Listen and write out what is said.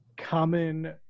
common